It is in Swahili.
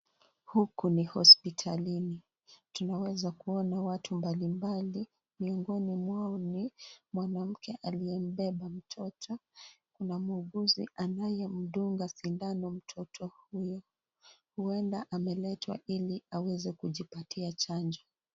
Huku ni hospitalini, tunaweza kuona watu mbalimbali miongoni mwao ni mwanamke aliyembeba mtoto, kuna muuguzi anayemdunga sindino mtoto huyu, huenda ameletwa ili aweze kujipatia chanjo.